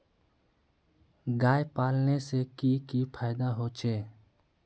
गाय पालने से की की फायदा होचे?